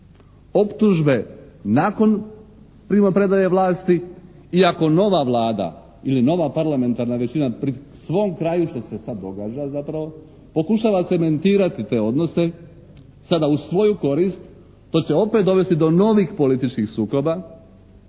optuže nakon primopredaje vlasti iako nova Vlada ili nova parlamentarna većina pri svom kraju što se sada događa zapravo pokušava cementirati te odnose sada u svoju korist što će opet dovesti do novih političkih sukoba,